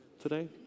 today